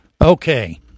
Okay